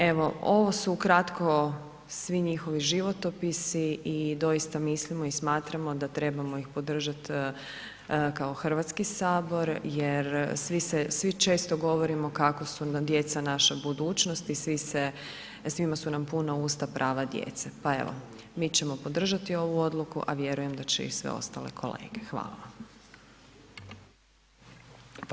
Evo ovo su ukratko svi njihovi životopisi i doista mislimo i smatramo da trebamo ih podržati kao Hrvatski sabor jer svi često govorimo kako su nam djeca naša budućnost i svima su nam puna usta prava djece pa evo, mi ćemo podržati ovu odluku a vjerujem da će i sve ostale kolege, hvala.